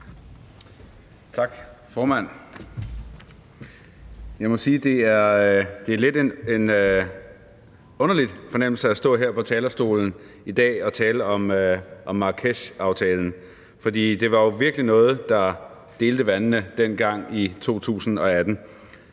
Tak, formand. Jeg må sige, at det er en lidt underlig fornemmelse at stå her på talerstolen i dag og tale om Marrakeshaftalen, for det var jo virkelig noget, der delte vandene dengang i 2018.